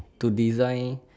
to design